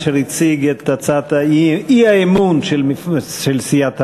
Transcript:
אשר הציג את הצעת האי-אמון של סיעת העבודה.